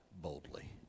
boldly